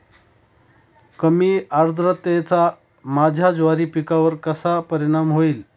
कमी आर्द्रतेचा माझ्या ज्वारी पिकावर कसा परिणाम होईल?